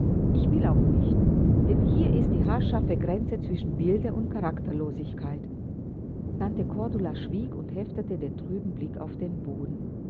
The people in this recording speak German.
ich will auch nicht denn hier ist die haarscharfe grenze zwischen milde und charakterlosigkeit tante cordula schwieg und heftete den trüben blick auf den boden